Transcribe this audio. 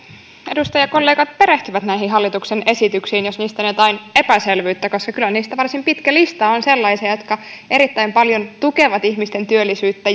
edustajakollegat perehtyvät näihin hallituksen esityksiin jos niistä on jotain epäselvyyttä koska kyllä niistä varsin pitkä lista on sellaisia jotka erittäin paljon tukevat ihmisten työllisyyttä